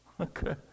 Okay